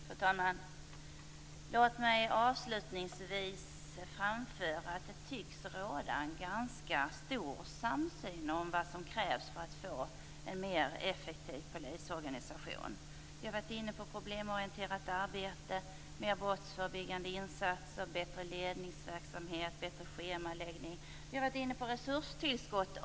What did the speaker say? Fru talman! Låt mig avslutningsvis framföra att det tycks råda en ganska stor samsyn på vad som krävs för att få en mer effektiv polisorganisation. Vi har varit inne på problemorienterat arbete, mer brottsförebyggande insatser, bättre ledningsverksamhet, bättre schemaläggning och också resurstillskott.